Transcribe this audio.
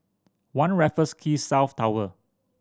One Raffles Quay South Tower